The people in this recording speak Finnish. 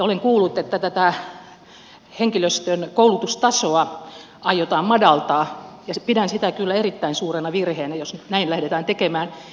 olen kuullut että tätä henkilöstön koulutustasoa aiotaan madaltaa ja pidän sitä kyllä erittäin suurena virheenä jos nyt näin lähdetään tekemään